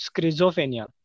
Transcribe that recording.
schizophrenia